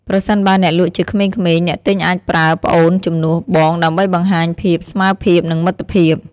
ប្រសិនបើអ្នកលក់ជាក្មេងៗ អ្នកទិញអាចប្រើ "ប្អូន" ជំនួស “បង” ដើម្បីបង្ហាញភាពស្មើភាពនិងមិត្តភាព។